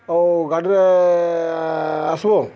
ଆଉ ଗାଡ଼ିରେ ଆସିବ